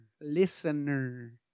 Listener